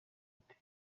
itera